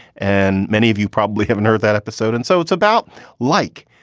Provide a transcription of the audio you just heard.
and many of you probably haven't heard that episode. and so it's about like.